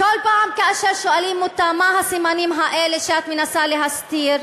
כל פעם כאשר שואלים אותה מה הסימנים האלה שאת מנסה להסתיר,